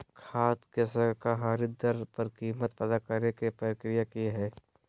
खाद के सरकारी दर पर कीमत पता करे के प्रक्रिया की हय?